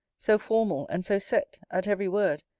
so formal and so set, at every word,